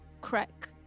crack